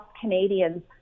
Canadians